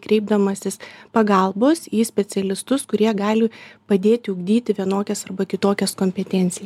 kreipdamasis pagalbos į specialistus kurie gali padėti ugdyti vienokias arba kitokias kompetencija